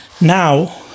Now